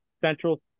central